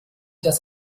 das